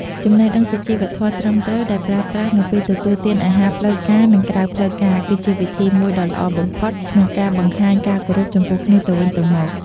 ចំណេះដឹងសុជីវធម៌ត្រឹមត្រូវដែលប្រើប្រាស់នៅពេលទទួលទានអាហារផ្លូវការនិងក្រៅផ្លូវការគឺជាវិធីមួយដ៏ល្អបំផុតក្នុងការបង្ហាញការគោរពចំពោះគ្នាទៅវិញទៅមក។